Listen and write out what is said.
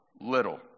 little